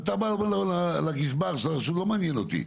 אתה אומר לגזבר לא מעניין אותי,